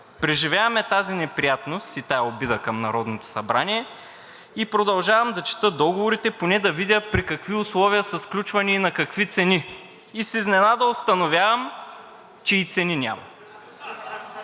Преживявам тази неприятност и тази обида към Народното събрание и продължавам да чета договорите, поне да видя при какви условия са сключвани и на какви цени, и с изненада установявам, че и цени няма.